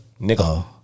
Nigga